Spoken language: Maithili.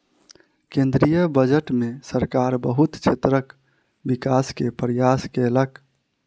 केंद्रीय बजट में सरकार बहुत क्षेत्रक विकास के प्रयास केलक